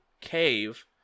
cave